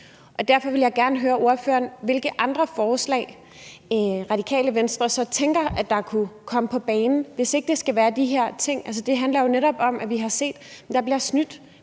på. Derfor vil jeg gerne høre ordføreren om, hvilke andre forslag Radikale Venstre så tænker kunne komme på banen, hvis ikke det skal være de her ting. Altså, det handler jo netop om, at vi har set, at der bliver snydt